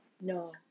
no